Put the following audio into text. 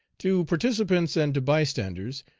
to participants and to bystanders,